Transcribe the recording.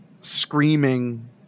screaming